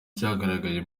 cyagaragaye